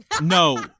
No